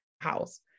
house